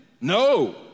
No